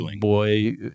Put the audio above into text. boy